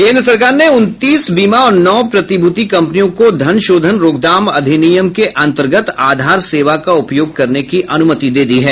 केन्द्र सरकार ने उनतीस बीमा और नौ प्रतिभूति कंपनियों को धनशोधन रोकथाम अधिनियम के अंतर्गत आधार सेवा का उपयोग करने की अनुमति दे दी है